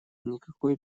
никакой